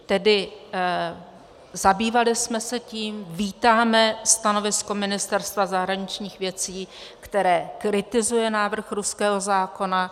Tedy zabývali jsme se tím, vítáme stanovisko Ministerstva zahraničních věcí, které kritizuje návrh ruského zákona.